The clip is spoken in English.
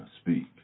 speak